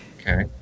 Okay